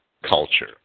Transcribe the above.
Culture